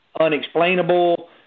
unexplainable